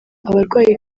abarwayi